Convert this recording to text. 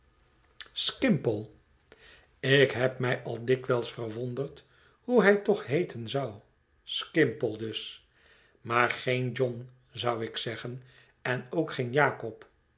skimpole ik heb mij al dikwijls verwonderd hoe hij toch heeten zou skimpole dus maar geen john zou ik zeggen en ook geen jakob